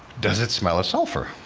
does it smell of sulfur?